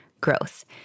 Growth